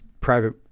private